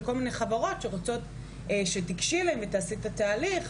של כל מיני חברות שרוצות שתיגשי אליהן ותעשי את התהליך,